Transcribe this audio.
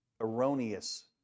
erroneous